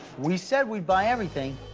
we said we'd buy everything.